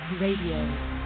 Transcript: Radio